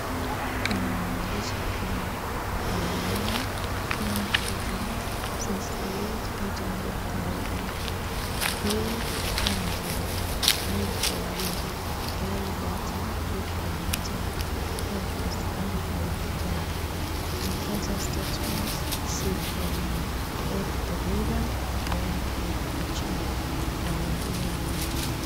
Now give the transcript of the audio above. Kuna maandishi kama, my money, Kenya shillings,(cs)sixty eight, eight hundred thousand, pay, airtime, made for you, buy data, keep connected, codless, learn how to code, Mpesa statement, see all, Beth Obura, Brian Orchad(cs), na mengine mengi.